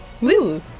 Woo